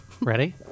Ready